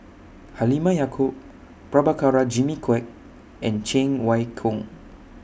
Halimah Yacob Prabhakara Jimmy Quek and Cheng Wai Keung